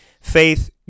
faith